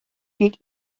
gilt